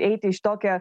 eiti į šitokią